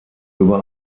über